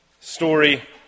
story